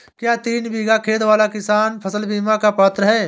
क्या तीन बीघा खेत वाला किसान फसल बीमा का पात्र हैं?